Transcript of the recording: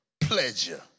pleasure